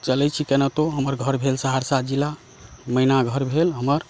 चलै छी केनाहितो हमर घर भेल सहरसा मैना घर भेल हमर